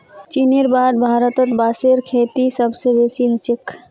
चीनेर बाद भारतत बांसेर खेती सबस बेसी ह छेक